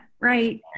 right